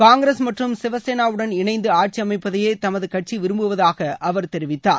காங்கிரஸ் மற்றும் சிவசேனாவுடன் இணைந்து ஆட்சி அமைப்பதையே தமது கட்சி விரும்புவதாக அவர் தெரிவித்தார்